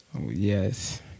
Yes